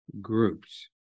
groups